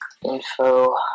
Info